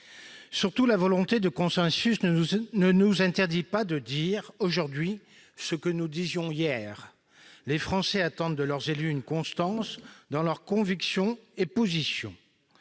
Surtout, la volonté de consensus ne nous interdit pas de dire aujourd'hui ce que nous disions hier. Les Français attendent de leurs élus une constance dans leurs convictions et positions.